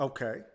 Okay